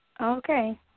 Okay